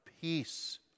peace